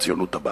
הציונות הבאה,